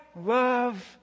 love